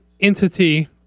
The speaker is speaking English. entity